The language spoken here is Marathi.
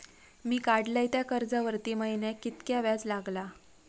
मी काडलय त्या कर्जावरती महिन्याक कीतक्या व्याज लागला?